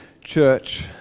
church